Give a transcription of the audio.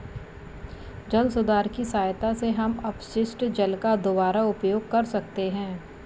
जल सुधार की सहायता से हम अपशिष्ट जल का दुबारा उपयोग कर सकते हैं